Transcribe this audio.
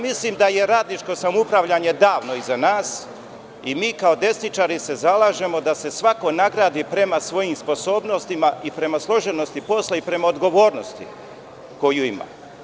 Mislim da je radničko samoupravljanje davno iza nas i mi, kao desničari, se zalažemo da se svako nagradi prema svojim sposobnostima i prema složenosti posla i prema odgovornosti koju ima.